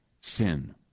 sin